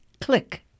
click